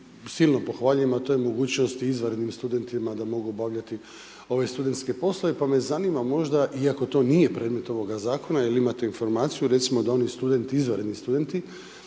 silno pohvaljujem a to je mogućnost i izvanrednim studentima da mogu obavljati ove studentske poslove. Pa me zanima možda iako to nije predmet ovoga zakona jer imate informaciju recimo da oni studenti, izvanredni studenti